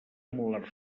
molar